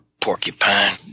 porcupine